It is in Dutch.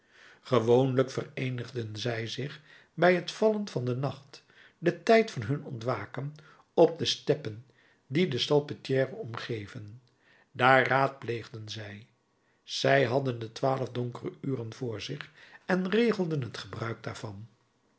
gewoonlijk vereenigden zij zich bij het vallen van den nacht den tijd van hun ontwaken op de steppen die de salpetrière omgeven daar raadpleegden zij zij hadden de twaalf donkere uren voor zich en regelden het gebruik daarvan